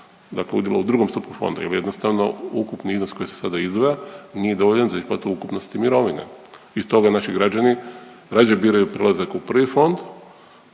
udjela u drugom stupu fonda ili jednostavno ukupni iznos koji se sada izdvaja nije dovoljan za isplatu ukupnosti mirovina. I stoga naši građani rađe biraju prelazak u prvi fond,